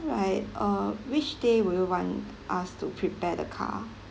right uh which day will you want us to prepare the car